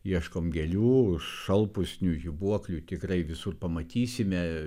ieškom gėlių šalpusnių žibuoklių tikrai visur pamatysime